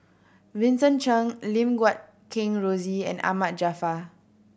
Vincent Cheng Lim Guat Kheng Rosie and Ahmad Jaafar